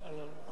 רובי ריבלין,